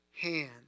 hand